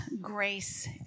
grace